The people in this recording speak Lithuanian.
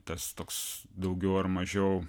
tas toks daugiau ar mažiau